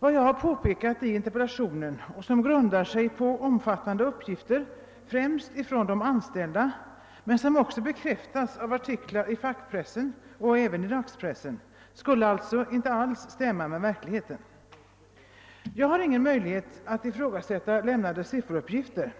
Vad iag påpekat i interpellationen — det grundar sig på omfattande uppgifter främst från de anställda och har bekräftats av artiklar i fackpressen och även i dagspressen — skulle alltså inte alls stämma med verkligheten. Jag har ingen möjlighet att ifrågasätta lämnade sifferuppgifter.